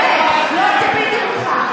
לא ציפיתי ממך.